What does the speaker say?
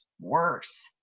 worse